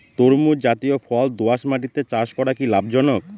তরমুজ জাতিয় ফল দোঁয়াশ মাটিতে চাষ করা কি লাভজনক?